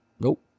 nope